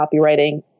copywriting